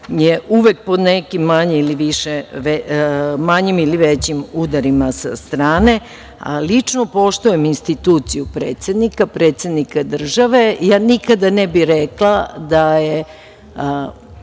uvek pod nekim manjim ili većim udarima sa strane. Lično, poštujem instituciju predsednika, predsednika države. Ja nikada ne bih rekla da je